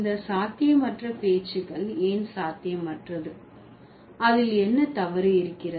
இந்த சாத்தியமற்ற பேச்சுகள் ஏன் சாத்தியமற்றது அதில் என்ன தவறு இருக்கிறது